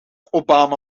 obama